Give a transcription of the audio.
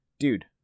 Dude